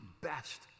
best